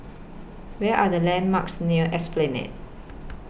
Where Are The landmarks near Esplanade